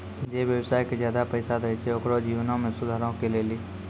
जे व्यवसाय के ज्यादा पैसा दै छै ओकरो जीवनो मे सुधारो के लेली